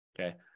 Okay